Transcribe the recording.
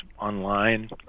online